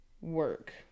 work